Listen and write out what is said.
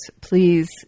Please